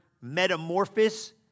metamorphosis